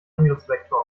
angriffsvektor